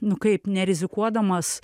nu kaip nerizikuodamas